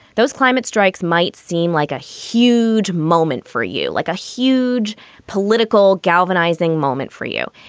those climate strikes might seem like a huge moment for you, like a huge political galvanizing moment for you.